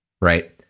right